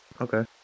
Okay